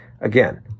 Again